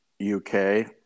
UK